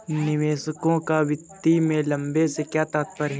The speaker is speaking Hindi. निवेशकों का वित्त में लंबे से क्या तात्पर्य है?